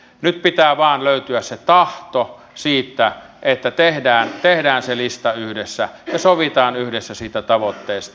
nyt pitää vain löytyä se tahto siihen että tehdään se lista yhdessä ja sovitaan yhdessä siitä tavoitteesta